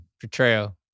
portrayal